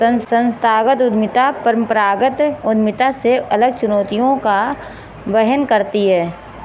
संस्थागत उद्यमिता परंपरागत उद्यमिता से अलग चुनौतियों का वहन करती है